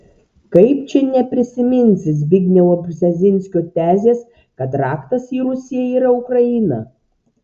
kaip čia neprisiminsi zbignevo brzezinskio tezės kad raktas į rusiją yra ukraina